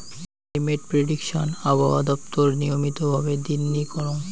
climate prediction আবহাওয়া দপ্তর নিয়মিত ভাবে দিননি করং